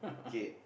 okay